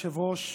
אדוני היושב-ראש,